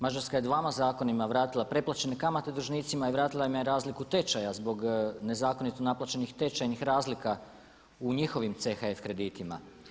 Mađarska je dvama zakonima vratila preplaćene kamate dužnicima i vratila im je razliku tečaja zbog nezakonito naplaćenih tečajnih razlika u njihovim CHF kreditima.